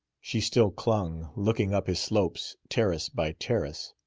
she still clung, looking up his slopes terrace by terrace.